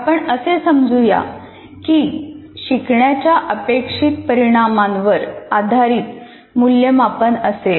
आपण असे समजू या की शिकण्याच्या अपेक्षित परिणामांवर आधारित मूल्यमापन असेल